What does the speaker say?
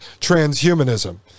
transhumanism